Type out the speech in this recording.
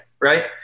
right